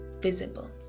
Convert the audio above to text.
visible